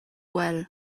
well